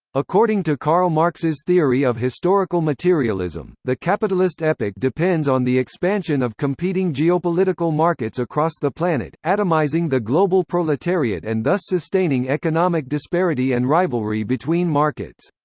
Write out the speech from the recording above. according to karl marx's theory of historical materialism, the capitalist epoch depends on the expansion of competing geopolitical markets across the planet, atomizing the global proletariat and thus sustaining economic disparity and rivalry between markets.